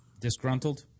Disgruntled